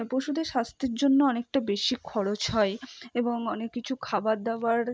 পশুদের স্বাস্থ্যের জন্য অনেকটা বেশি খরচ হয় এবং অনেক কিছু খাবার দাবার